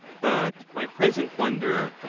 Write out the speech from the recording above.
but my present wonder,